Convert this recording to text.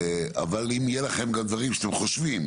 אבל אם יהיו לכם גם דברים שאתם חושבים.